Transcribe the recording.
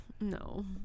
no